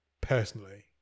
personally